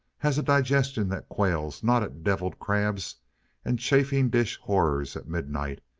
has a digestion that quails not at deviled crabs and chafing-dish horrors at midnight,